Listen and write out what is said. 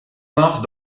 mars